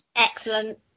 excellent